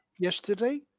Yesterday